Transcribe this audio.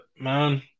man